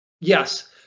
Yes